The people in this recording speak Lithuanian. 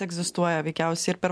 egzistuoja veikiausia ir per